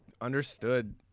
understood